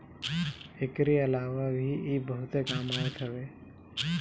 एकरी अलावा भी इ बहुते काम आवत हवे